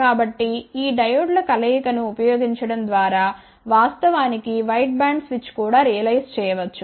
కాబట్టి ఈ డయోడ్ల కలయిక లను ఉపయోగించడం ద్వారా వాస్తవానికి వైడ్బ్యాండ్ స్విచ్ను కూడా రియలైజ్ చేయవచ్చు